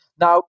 Now